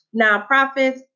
nonprofits